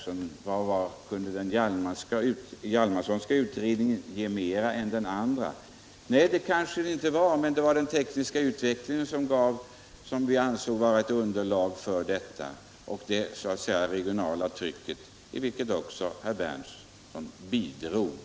Vad kunde den Hjalmarsonska utredningen ge utöver den tidigare? frågade herr Berndtson. Vi ansåg att den tekniska utvecklingen och det regionala trycket, till vilket även herr Berndtson bidrog, gav underlag för denna utredning.